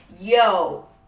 Yo